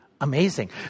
Amazing